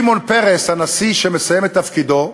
שמעון פרס, הנשיא שמסיים את תפקידו,